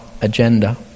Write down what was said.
agenda